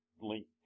link